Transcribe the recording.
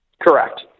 Correct